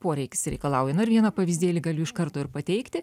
poreikis reikalauja na ir vieną pavyzdėlį galiu iš karto ir pateikti